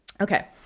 Okay